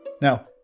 Now